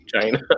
China